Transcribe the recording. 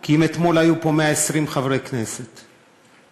כי אם אתמול היו פה 120 חברי כנסת והצביעו,